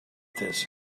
this